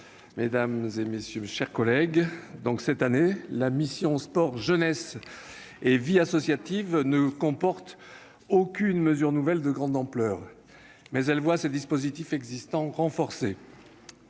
d'État, mes chers collègues, cette année, la mission « Sport, jeunesse et vie associative » ne comporte aucune mesure nouvelle de grande ampleur, mais elle voit ses dispositifs existants renforcés.